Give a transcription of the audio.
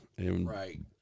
Right